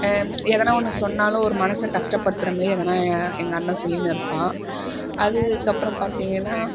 எதுனா ஒன்று சொன்னாலும் ஒரு மனசை கஷ்டப்படுத்துகிற மாரி எதனா எங்கள் அண்ணன் சொல்லின்னு இருப்பான் அதற்கப்பறம் பார்த்திங்கன்னா